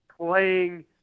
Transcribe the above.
playing